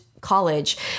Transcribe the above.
college